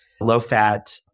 low-fat